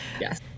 Yes